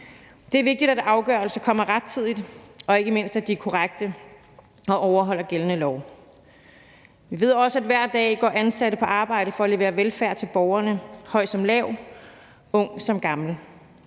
Det er vigtigt, at afgørelser kommer rettidigt, og at de ikke mindst er korrekte og overholder gældende lov. Vi ved også, at ansatte hver dag går på arbejde for at levere velfærd til borgerne, høj som lav, ung som gammel.